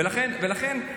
ולכן,